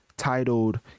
titled